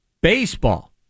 baseball